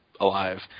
alive